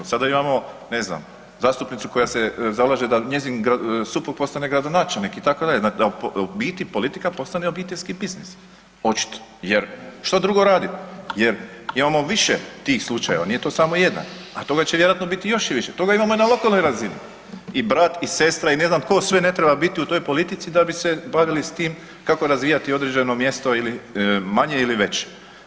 Sada imamo, ne znam, zastupnicu koja se zalaže da njezin suprug postane gradonačelnik itd., u biti politika postane obiteljski biznis očito jer što drugo radimo jer imamo više tih slučajeva nije to samo jedan, a toga će vjerojatno biti i još više, toga imamo i na lokalnoj razini i brat i sestra i ne znam tko sve ne treba biti u toj politici da bi se bavili s tim kako razvijati određeno mjesto manje ili veće.